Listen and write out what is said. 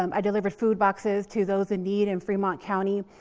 um i delivered food boxes to those in need in fremont county.